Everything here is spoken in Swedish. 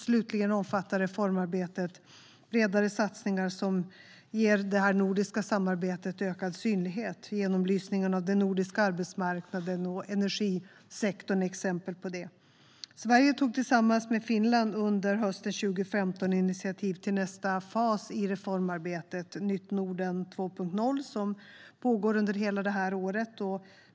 Slutligen omfattar reformarbetet bredare satsningar som ger detta nordiska samarbete ökad synlighet. Genomlysningen av den nordiska arbetsmarknaden och energisektorn är exempel på det. Sverige tog tillsammans med Finland under hösten 2015 initiativ till nästa fas i reformarbetet, Nytt Norden 2.0, som pågår under hela detta år.